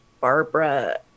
Barbara